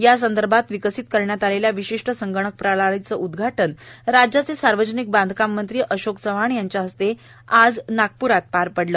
या संदर्भात विकसित करण्यात आलेल्या विशिष्ट संगणक प्रणालीचे उदघाटन राज्याचे सार्वजनिक बांधकाम मंत्री अशोक चव्हाण यांच्या हस्ते नागप्रात आज पार पडलं